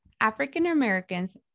African-Americans